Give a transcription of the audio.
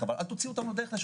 אני מדבר איתך על מערכת,